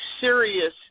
serious